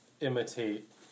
imitate